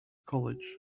college